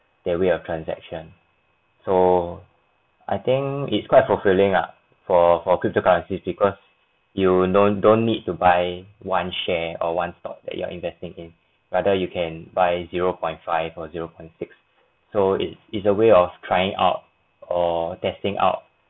the way of transaction so I think it's quite fulfilling ah for for cryptocurrencies because you don't don't need to buy one share or one stock that you are investing in rather you can by zero point five or zero point six so it is a way of trying out or testing out